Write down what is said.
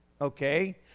Okay